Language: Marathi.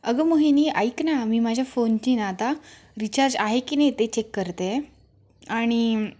अगं मोहिनी ऐक ना मी माझ्या फोनची न आता रिचार्ज आहे की नाही ते चेक करते आणि